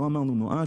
לא אמרנו נואש,